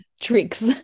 tricks